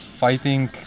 fighting